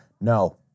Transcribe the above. no